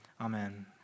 Amen